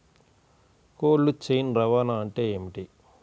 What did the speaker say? Cold chain రవాణా అంటే ఏమిటీ?